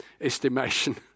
estimation